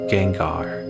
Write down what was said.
Gengar